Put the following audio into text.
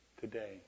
today